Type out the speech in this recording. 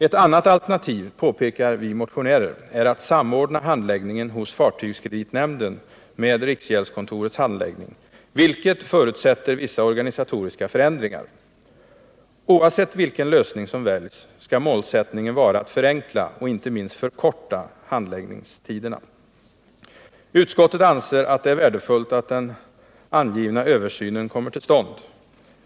Ett annat alternativ — påpekar vi motionärer — är att samordna handläggningen hos fartygskreditnämnden med riksgäldskontorets handläggning, vilket förutsätter vissa organisatoriska förändringar. Oavsett vilken lösning som väljs skall målsättningen vara att förenkla och inte minst förkorta handläggningstiderna. Utskottet anser att det är värdefullt att den angivna översynen kommer till stånd.